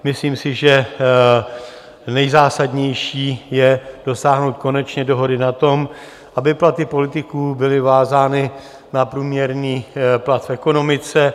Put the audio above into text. Myslím si, že nejzásadnější je dosáhnout konečně dohody na tom, aby platy politiků byly vázány na průměrný plat v ekonomice.